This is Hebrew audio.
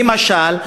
למשל,